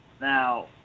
now